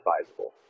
advisable